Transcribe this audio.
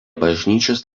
bažnyčios